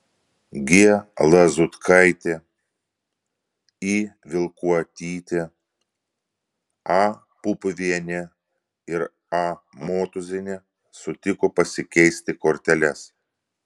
g lazutkaitė i vilkuotytė a pupiuvienė ir a motūzienė sutiko pasikeisti korteles